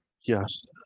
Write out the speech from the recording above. Yes